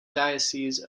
diocese